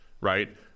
right